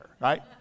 right